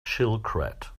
shilkret